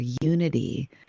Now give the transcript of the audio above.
unity